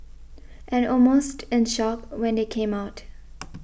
and almost in shock when they came out